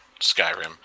Skyrim